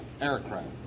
aircraft